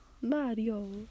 Mario